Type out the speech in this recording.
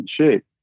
shape